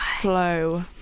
flow